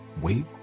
Wait